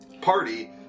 party